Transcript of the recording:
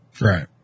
Right